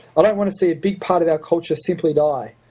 don't want to see a big part of that culture simply die.